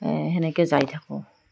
তেনেকৈ যাই থাকোঁ